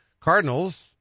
Cardinals